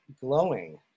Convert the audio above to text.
glowing